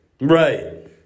Right